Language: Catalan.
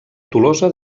tolosa